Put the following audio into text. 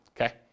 okay